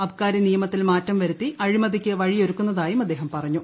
അബ്കാരി നിയമത്തിൽ മാറ്റം വരുത്തി അഴിമതിക്ക് വഴിയൊരുക്കുന്നതായും അദ്ദേഹം പറഞ്ഞു